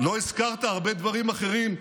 לא הזכרת הרבה דברים אחרים.